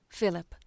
Philip